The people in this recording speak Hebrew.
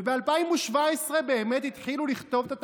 וב-2017 באמת התחילו לכתוב את התקנות,